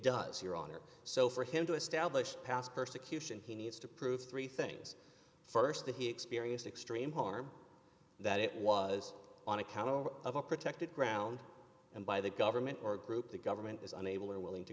does your honor so for him to establish past persecution he needs to prove three things st that he experienced extreme harm that it was on account of a protected ground and by the government or a group the government is unable or unwilling to